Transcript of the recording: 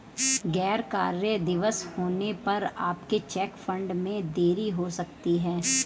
गैर कार्य दिवस होने पर आपके चेक फंड में देरी हो सकती है